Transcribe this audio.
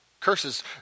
Curses